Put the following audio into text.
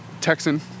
Texan